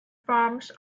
farms